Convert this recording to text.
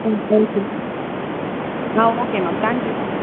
ம் okay ma'am ஆ okay ma'am thank you ma'am